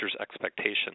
expectations